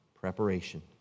Preparation